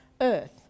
earth